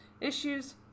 issues